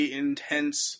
intense